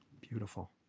Beautiful